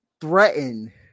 threaten